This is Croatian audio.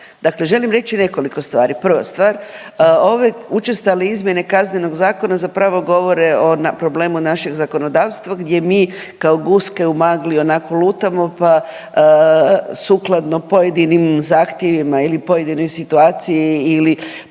Dakle, želim reći nekoliko stvari. Prva stvar, ove učestale izmjene Kaznenog zakona zapravo govore o problemu našeg zakonodavstva gdje mi kao guske u magli onako lutamo pa sukladno pojedinim zahtjevima ili pojedinoj situaciji ili